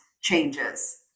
changes